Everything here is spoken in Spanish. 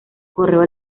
correo